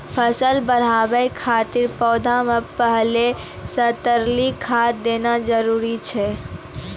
फसल बढ़ाबै खातिर पौधा मे पहिले से तरली खाद देना जरूरी छै?